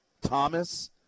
Thomas